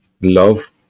love